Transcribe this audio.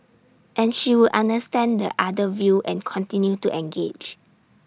and she would understand the other view and continue to engage